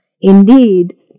Indeed